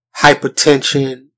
hypertension